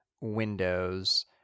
Windows